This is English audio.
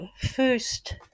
first